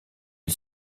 les